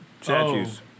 statues